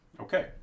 Okay